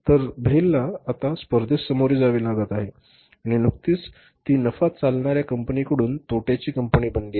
तर भेलला आता स्पर्धेस सामोरे जावे लागत आहे आणि नुकतीच ती नफा चालणार्या कंपनीकडून तोट्याची कंपनी बनली आहे